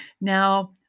Now